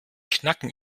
knacken